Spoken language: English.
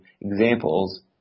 examples